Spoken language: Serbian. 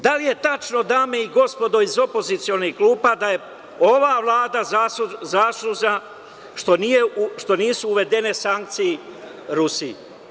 Da li je tačno, dame i gospodo iz opozicionih klupa, da je ova Vlada zaslužna što nisu uvedene sankcije Rusiji?